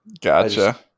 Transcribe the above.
Gotcha